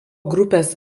grupės